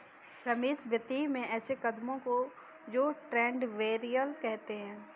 रमेश वित्तीय में ऐसे कदमों को तो ट्रेड बैरियर कहते हैं